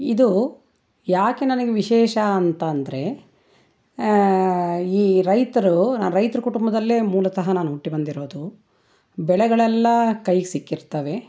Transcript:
ಇದು ಯಾಕೆ ನನಗೆ ವಿಶೇಷ ಅಂತಂದರೆ ಈ ರೈತ್ರ ರೈತ್ರ ಕುಟುಂಬದಲ್ಲೇ ಮೂಲತಃ ನಾನು ಹುಟ್ಟಿ ಬಂದಿರೋದು ಬೆಳೆಗಳೆಲ್ಲ ಕೈಗೆ ಸಿಕ್ಕಿರ್ತವೆ